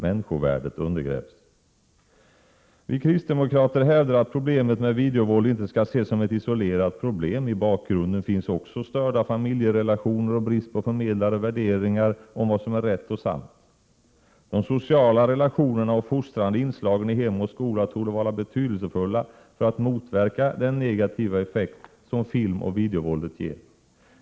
Människovärdet undergrävs. Vi kristdemokrater hävdar att problemet med videovåld inte skall ses som ett isolerat problem. I bakgrunden finns också störda familjerelationer och brist på förmedlade värderingar om vad som är rätt och sant. De sociala relationerna och fostrande inslagen i hem och skola torde vara betydelsefulla för att motverka den negativa effekt som filmoch videovåldet ger.